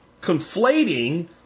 conflating